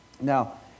Now